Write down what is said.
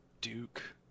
Duke